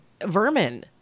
vermin